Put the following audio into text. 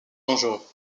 dangereux